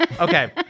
Okay